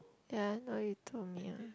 ya not really to me lah